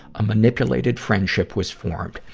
a manipulated friendship was formed.